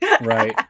right